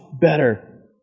better